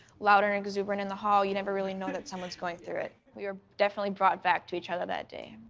louder and exuberant in the hall, you never really know that someone's going through it. we were definitely brought back to each other that day.